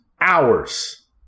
hours